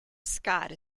scott